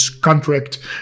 contract